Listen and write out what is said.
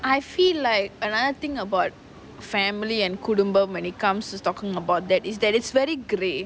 I feel like another thing about family and குடும்பம்:kudumbam when it comes to talking about that that is that is very grey